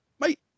Mate